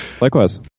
Likewise